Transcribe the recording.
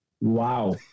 wow